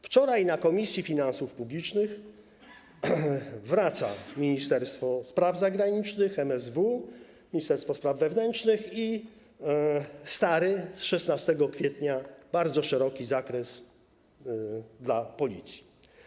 Wczoraj na posiedzeniu Komisji Finansów Publicznych wraca Ministerstwo Spraw Zagranicznych, MSW, ministerstwo spraw wewnętrznych, i stary, z 16 kwietnia, bardzo szeroki zakres dla Policji.